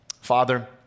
Father